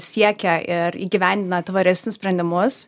siekia ir įgyvendina tvaresnius sprendimus